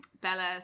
Bella